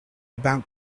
about